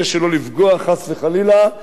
במי שרצחו את משפחת פוגל.